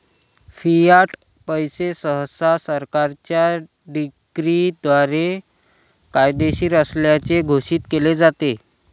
Fiat पैसे सहसा सरकारच्या डिक्रीद्वारे कायदेशीर असल्याचे घोषित केले जाते